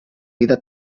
vida